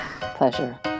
Pleasure